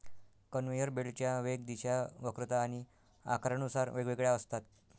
conveyor बेल्टच्या वेग, दिशा, वक्रता आणि आकारानुसार वेगवेगळ्या असतात